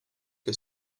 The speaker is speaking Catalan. que